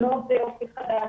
הם לא עובדי אופק חדש,